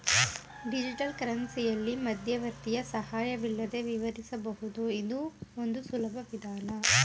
digital ಕರೆನ್ಸಿಯಲ್ಲಿ ಮಧ್ಯವರ್ತಿಯ ಸಹಾಯವಿಲ್ಲದೆ ವಿವರಿಸಬಹುದು ಇದು ಒಂದು ಸುಲಭ ವಿಧಾನ